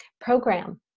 program